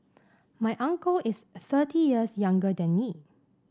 my uncle is thirty years younger than me